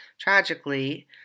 tragically